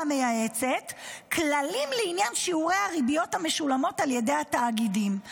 המייעצת כללים לעניין שיעורי הריביות המשולמות על ידי התאגידים.